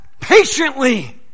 Patiently